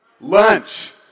Lunch